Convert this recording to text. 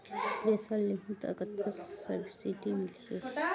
Thresher लेहूं त कतका सब्सिडी मिलही?